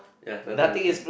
ya nothing is